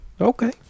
Okay